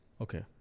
Okay